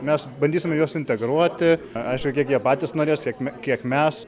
mes bandysime juos integruoti aišku kiek jie patys norės kiek kiek mes